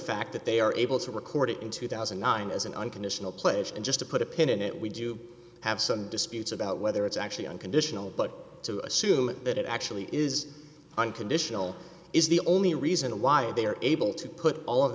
fact that they are able to record it in two thousand and nine as an unconditional pledge and just to put a pin in it we do have some disputes about whether it's actually unconditional but to assume that it actually is unconditional is the only reason why they are able to put all of